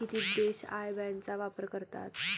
किती देश IBAN चा वापर करतात?